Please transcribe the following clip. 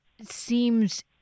seems